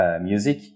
music